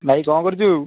ଭାଇ କ'ଣ କରୁଛୁ